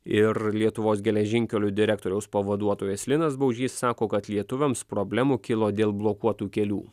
ir lietuvos geležinkelių direktoriaus pavaduotojas linas baužys sako kad lietuviams problemų kilo dėl blokuotų kelių